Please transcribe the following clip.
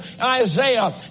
Isaiah